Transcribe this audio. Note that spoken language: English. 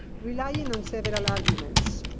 relying on several arguments.